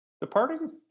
Departing